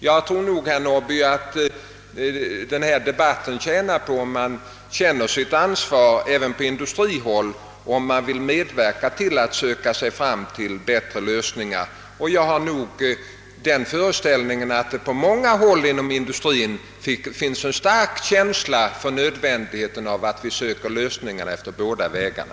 Jag tror nog, herr Norrby, att denna debatt skulle tjäna på om man även på industrihåll skulle känna sitt ansvar och försökte medverka till bättre lösningar. Jag har nog den föreställningen, att det på många håll inom industrin finns en stark känsla för nödvändigheten av att försöka åstadkomma en lösning på båda vägarna.